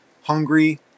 hungry